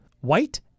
White